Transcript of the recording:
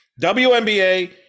WNBA